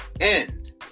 end